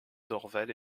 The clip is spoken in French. dorval